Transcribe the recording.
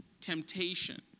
temptation